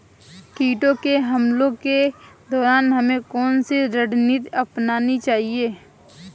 कीटों के हमलों के दौरान हमें कौन सी रणनीति अपनानी चाहिए?